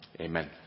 Amen